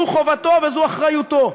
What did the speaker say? זו חובתו וזו אחריותו.